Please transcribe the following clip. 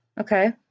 okay